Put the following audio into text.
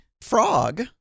frog